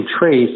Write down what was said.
trace